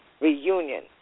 reunion